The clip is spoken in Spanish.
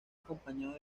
acompañado